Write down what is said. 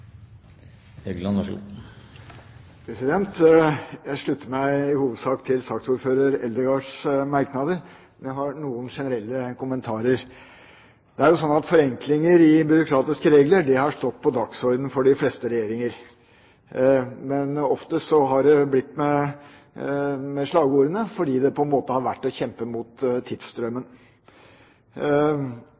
Jeg slutter meg i hovedsak til saksordfører Eldegards merknader, men jeg har noen generelle kommentarer. Det er jo slik at forenklinger i byråkratiske regler har stått på dagsordenen for de fleste regjeringer, men oftest har det blitt med slagordene, fordi det på en måte har vært å kjempe mot tidsstrømmen.